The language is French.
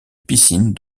piscine